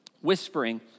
whispering